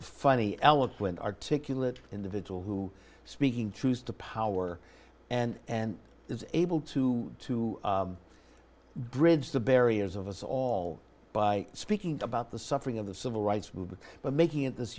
funny eloquent articulate individual who speaking truth to power and is able to to bridge the barriers of us all by speaking about the suffering of the civil rights movement but making it this